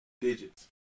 digits